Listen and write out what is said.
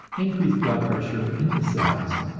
increased blood pressure in the cells,